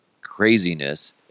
craziness